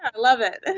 love it and